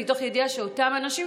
מתוך ידיעה שאותם אנשים,